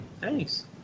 Thanks